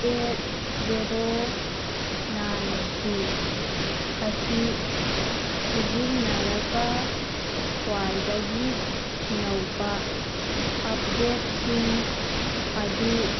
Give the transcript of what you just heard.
eight zero nine two ꯑꯁꯤ ꯁꯤꯖꯤꯟꯅꯔꯒ ꯈ꯭ꯋꯥꯏꯗꯒꯤ ꯅꯧꯕ ꯑꯞꯗꯦꯠꯁꯤꯡ ꯑꯗꯨ